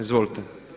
Izvolite.